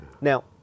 Now